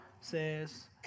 says